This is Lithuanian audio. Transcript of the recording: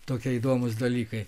tokie įdomūs dalykai